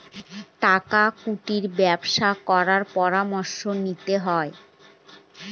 টাকা কুড়ির ব্যবসা করার পরামর্শ নিতে হয়